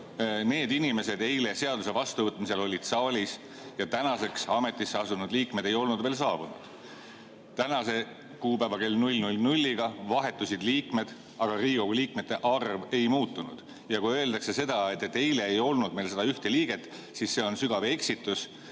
Need inimesed olid eile seaduse vastuvõtmisel saalis ja tänaseks ametisse asunud liikmed ei olnud veel saabunud. Tänase kuupäeva kella 00.00‑ga vahetusid liikmed, aga Riigikogu liikmete arv ei muutunud. Kui öeldakse, et eile ei olnud meil 101 liiget, siis see on sügav eksitus.